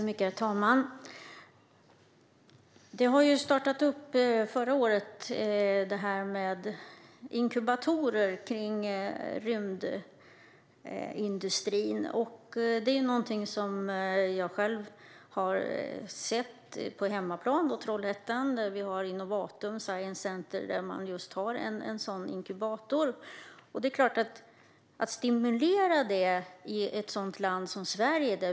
Herr talman! Förra året startades inkubatorer i anslutning till rymdindustrin. Det är något jag själv har sett hemma i Trollhättan. Där finns Innovatum Science Center som har en sådan inkubator. Det är jätteviktigt att få fram innovationer på området, vilka kan stimulera industrin på lång sikt i ett land som Sverige.